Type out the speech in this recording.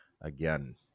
again